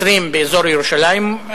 כ-20 באזור ירושלים,